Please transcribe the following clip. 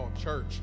church